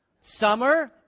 Summer